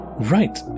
right